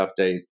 Update